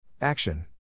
Action